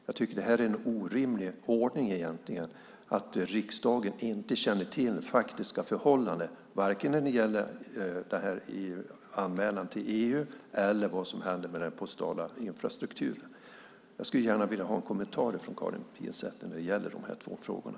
Jag tycker att det egentligen är en orimlig ordning att riksdagen inte känner till faktiska förhållanden vare sig när det gäller anmälan till EU eller när det gäller vad som händer med den postala infrastrukturen. Jag skulle gärna vilja ha en kommentar från Karin Pilsäter om de här två frågorna.